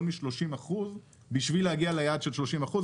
מ-30 אחוזים בשביל להגיע ליעד של 30 אחוזים,